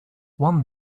one